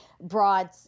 broad